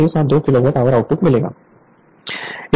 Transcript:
इसलिए पूरे दिन की एफिशिएंसी आउटपुट आउटपुट लॉसेस होगी